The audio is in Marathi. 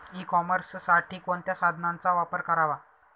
ई कॉमर्ससाठी कोणत्या साधनांचा वापर करावा?